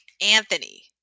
Anthony